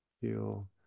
Feel